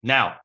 Now